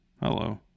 Hello